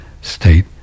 state